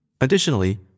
Additionally